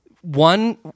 one